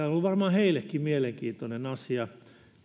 ollut varmaan heillekin mielenkiintoinen asia